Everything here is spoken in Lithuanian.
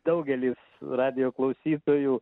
daugelis radijo klausytojų